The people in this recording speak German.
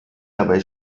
dabei